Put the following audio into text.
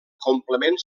complement